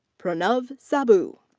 pranav saboo.